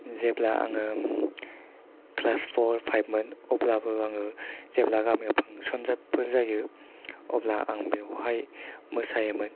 जेब्ला आङो class four five मोन अब्लाबो आङो जेब्ला गामियाव फांसनफोर जायो अब्ला आं बेयावहाय मोसायोमोन